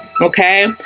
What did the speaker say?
Okay